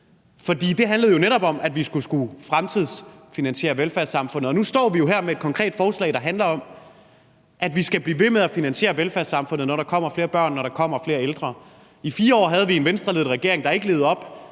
For den handlede jo netop om, at vi skulle fremtidsfinansiere velfærdssamfundet. Og nu står vi jo her med et konkret forslag, der handler om, at vi skal blive ved med at finansiere velfærdssamfundet, når der kommer flere børn, når der kommer flere ældre. I 4 år havde vi en Venstreledet regering, der ikke levede op